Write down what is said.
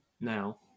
now